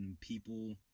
people